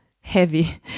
heavy